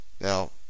Now